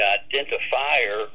identifier